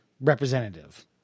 representative